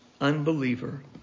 unbeliever